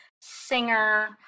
singer